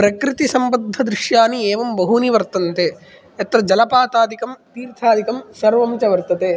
प्रकृतिसम्बन्धदृश्यानि एवं बहूनि वर्तन्ते यत्र जलपातादिकं तीर्थादिकं सर्वं च वर्तते